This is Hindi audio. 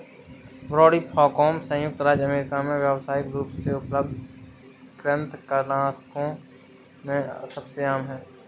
ब्रोडीफाकौम संयुक्त राज्य अमेरिका में व्यावसायिक रूप से उपलब्ध कृंतकनाशकों में सबसे आम है